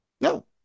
No